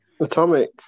Atomic